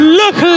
look